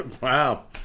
Wow